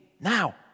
now